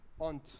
On